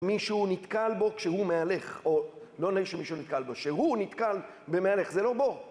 מישהו נתקל בו כשהוא מהלך, או... לא נראה שמישהו נתקל בו, כשהוא נתקל במהלך, זה לא בו.